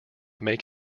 make